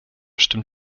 stimmt